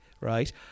right